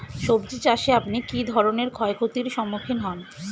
সবজী চাষে আপনি কী ধরনের ক্ষয়ক্ষতির সম্মুক্ষীণ হন?